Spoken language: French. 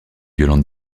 violente